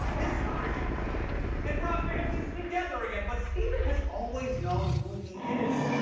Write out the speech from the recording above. history and brought families together again. but stephen has always known who he is.